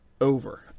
over